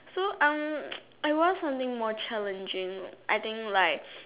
so um I want something more challenging I think like